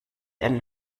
einen